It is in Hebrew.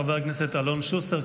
חבר הכנסת אלון שוסטר,